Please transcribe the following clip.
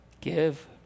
give